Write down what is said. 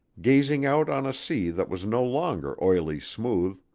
gazing out on a sea that was no longer oily-smooth,